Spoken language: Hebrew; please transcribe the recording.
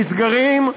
נסגרים,